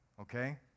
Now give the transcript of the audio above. okay